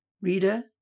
Reader